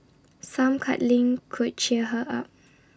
some cuddling could cheer her up